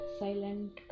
silent